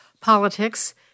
Politics